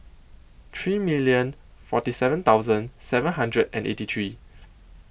three million forty seven thousand hundred and eighty three